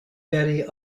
very